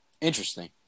interesting